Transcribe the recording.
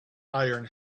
iron